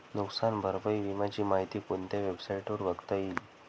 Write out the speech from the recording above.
नुकसान भरपाई विम्याची माहिती कोणत्या वेबसाईटवर बघता येईल?